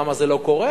למה זה לא קורה,